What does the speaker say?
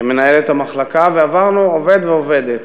מנהלת המחלקה, ועברנו עובד ועובדת.